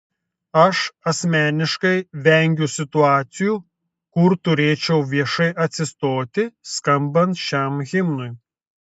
aš asmeniškai vengiu situacijų kur turėčiau viešai atsistoti skambant šiam himnui